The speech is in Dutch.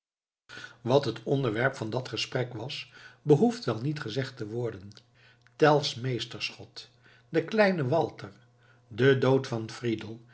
wat het onderwerp van dat gesprek was behoeft wel niet gezegd te worden tell's meesterschot de kleine walter de dood van friedel